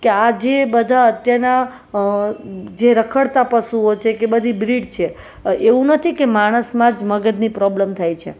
કે આ જે બધા અત્યારના જે રખડતા પશુઓ છે કે બધી બ્રીડ છે એવું નથી કે માણસમાં જ મગજની પ્રોબ્લેમ થાય છે